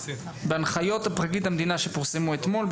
בהנחיות פרקליט המדינה שפורסמו אתמול,